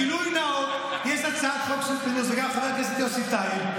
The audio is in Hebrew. גילוי נאות, יש הצעת חוק של חבר הכנסת יוסי טייב.